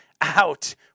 out